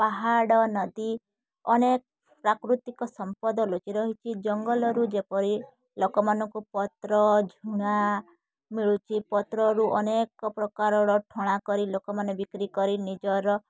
ପାହାଡ଼ ନଦୀ ଅନେକ ପ୍ରାକୃତିକ ସମ୍ପଦ ଲୁଚି ରହିଛି ଜଙ୍ଗଲରୁ ଯେପରି ଲୋକମାନଙ୍କୁ ପତ୍ର ଝୁଣା ମିଳୁଛି ପତ୍ରରୁ ଅନେକ ପ୍ରକାରର ଠଣା କରି ଲୋକମାନେ ବିକ୍ରି କରି ନିଜର